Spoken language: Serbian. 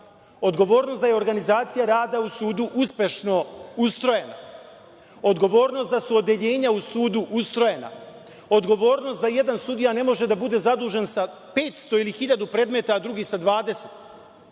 odgovornost da je organizacija rada u sudu uspešno ustrojena, odgovornost da su odeljenja u sudu ustrojena, odgovornost da jedan sudija ne može da bude zadužen sa 500 ili hiljadu predmeta, a drugi sa 20,